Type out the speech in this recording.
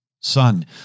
Son